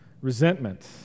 resentment